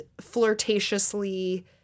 flirtatiously –